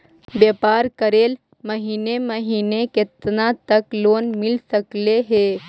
व्यापार करेल महिने महिने केतना तक लोन मिल सकले हे?